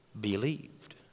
believed